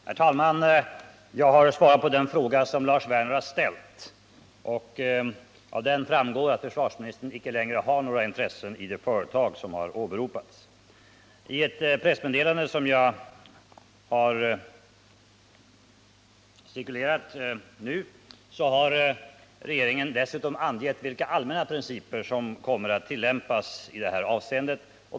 Herr talman! Jag har svarat på den fråga som Lars Werner har ställt, och av svaret framgår att försvarsministern inte längre har några intressen i det företag som har åberopats. I ett nyligen utsänt pressmeddelande har regeringen dessutom angivit vilka allmänna principer som kommer att tillämpas i det här avseendet.